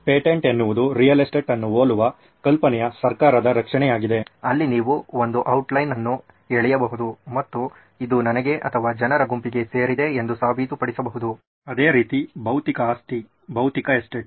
patent ಎನ್ನುವುದು real estate ಅನ್ನು ಹೋಲುವ ಕಲ್ಪನೆಯ ಸರ್ಕಾರದ ರಕ್ಷಣೆಯಾಗಿದೆ ಅಲ್ಲಿ ನೀವು ಒಂದು ಔಟ್ಲೈನ್ ಅನ್ನು ಎಳೆಯಬಹುದು ಮತ್ತು ಇದು ನನಗೆ ಅಥವಾ ಜನರ ಗುಂಪಿಗೆ ಸೇರಿದೆ ಎಂದು ಸಾಬೀತು ಪಡಿಸಬಹುದು ಅದೇ ರೀತಿ ಬೌದ್ಧಿಕ ಆಸ್ತಿ ಬೌದ್ಧಿಕ ಎಸ್ಟೇಟ್